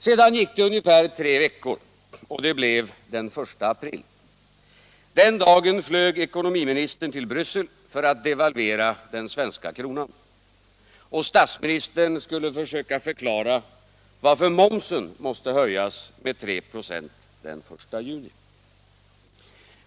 Sedan gick det ungefär tre veckor, och det blev den 1 april. Den dagen flög ekonomiministern till Bryssel för att devalvera den svenska kronan, och statsministern skulle försöka förklara varför momsen måste höjas med 3 96 den 1 juni.